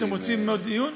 אתם רוצים עוד דיון?